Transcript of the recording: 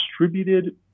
distributed